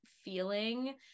feeling